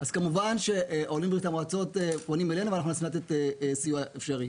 אז כמובן שעולי ברית המועצות פונים אלינו ואנחנו מנסים לתת סיוע אפשרי.